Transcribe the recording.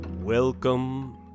Welcome